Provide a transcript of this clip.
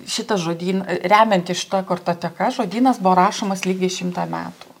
šitas žodyn remiantis šita kartoteka žodynas buvo rašomas lygiai šimtą metų